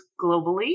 globally